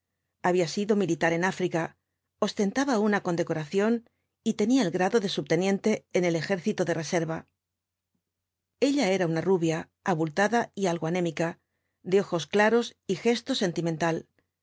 había sido militar en áfrica ostentaba una condecoración y tenía el grado de subteniente en el ejército de reserva ella era una rubia abultada y algo anémica de ojos claros y gesto sentimental